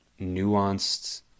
nuanced